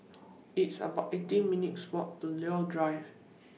It's about eighteen minutes' Walk to Leo Drive